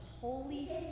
Holy